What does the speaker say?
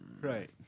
Right